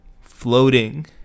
floating